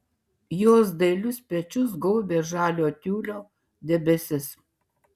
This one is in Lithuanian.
jos dailius pečius gaubė žalio tiulio debesis